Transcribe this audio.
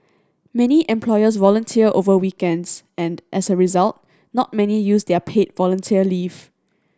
many employees volunteer over weekends and as a result not many use their paid volunteer leave